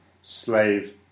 slave